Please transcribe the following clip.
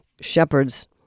shepherds